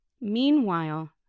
Meanwhile